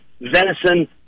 venison